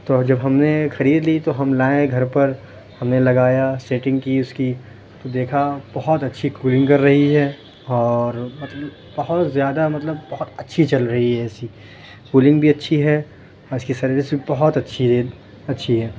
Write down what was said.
تو جب ہم نے خرید لی تو ہم لائے گھر پر ہم نے لگایا سیٹینگ كی اُس كی تو دیكھا بہت اچھی کولنگ کر رہی ہے اور بہت زیادہ مطلب بہت اچھی چل رہی ہے اے سی كولنگ بھی اچھی ہے اور اِس كی سروس بھی بہت اچھی ہے اچھی ہے